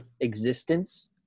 existence